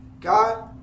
God